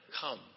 Come